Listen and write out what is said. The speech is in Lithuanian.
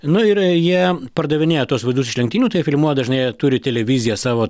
nu ir jie pardavinėja tuos vaizdus iš lenktynių tai jie filmuoja dažnai jie turi televiziją savo